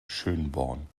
schönborn